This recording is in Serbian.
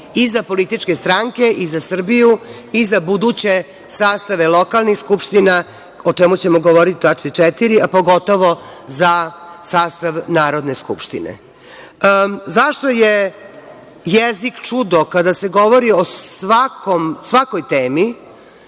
i za političke stranke i za Srbiju i za buduće sastave lokalnih skupština, o čemu ćemo govoriti u tački 4. a pogotovo za sastav Narodne skupštine.Zašto je jezik čudo kada se govori o svakoj temi,